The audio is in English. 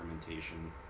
fermentation